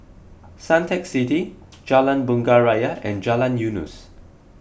Suntec City Jalan Bunga Raya and Jalan Eunos